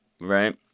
Right